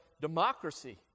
democracy